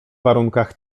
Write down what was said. warunkach